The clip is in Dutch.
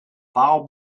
paal